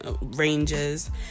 ranges